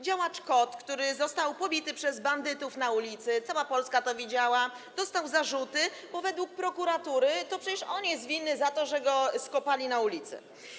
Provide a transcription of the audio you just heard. Działacz KOD, który został pobity przez bandytów na ulicy - cała Polska to widziała - dostał zarzuty, bo według prokuratury to przecież on jest winny temu, że go skopali na ulicy.